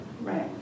Right